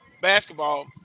basketball